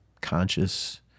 conscious